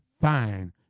Fine